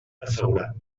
assegurat